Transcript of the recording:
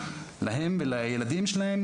להם ולילדים שלהם,